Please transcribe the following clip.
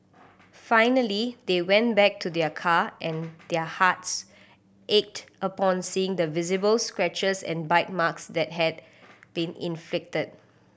finally they went back to their car and their hearts ached upon seeing the visible scratches and bite marks that had been inflicted